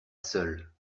seule